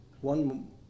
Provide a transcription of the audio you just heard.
one